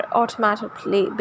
automatically